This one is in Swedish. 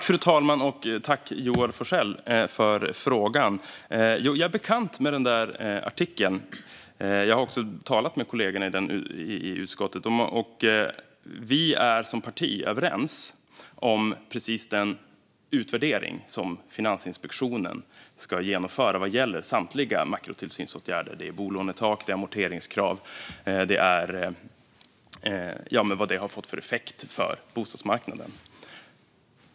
Fru talman! Tack, Joar Forssell, för frågan! Jag är bekant med den artikeln. Jag har också talat med kollegorna i utskottet. Som parti är vi överens om den utvärdering som Finansinspektionen ska genomföra vad gäller samtliga makrotillsynsåtgärder - det är bolånetak och amorteringskrav - och vad de har fått för effekt på bostadsmarknaden.